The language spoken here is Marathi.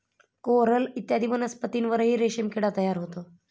कोरल इत्यादी वनस्पतींवरही रेशीम किडा तयार होतो